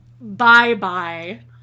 Bye-bye